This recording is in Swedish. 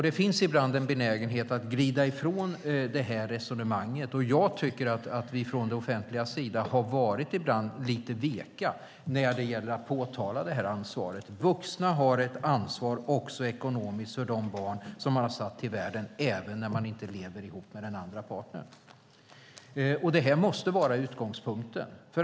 Det finns ibland en benägenhet att glida ifrån det resonemanget. Jag tycker att vi från det offentligas sida ibland har varit lite veka när det gäller att påtala det här ansvaret. Vuxna har ett ansvar också ekonomiskt för de barn som man har satt till världen, även när man inte lever ihop med den andra parten. Det måste vara utgångspunkten.